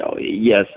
Yes